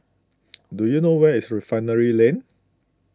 do you know where is Refinery Lane